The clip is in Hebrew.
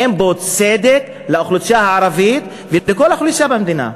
אין בו צדק לאוכלוסייה הערבית ולכל האוכלוסייה במדינה.